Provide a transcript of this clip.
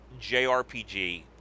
JRPG